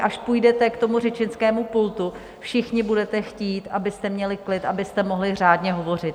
Až půjdete k řečnickému pultu, všichni budete chtít, abyste měli klid, abyste mohli řádně hovořit.